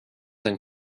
than